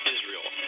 Israel